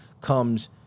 comes